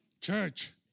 church